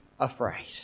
afraid